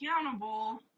accountable